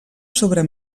sobre